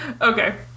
Okay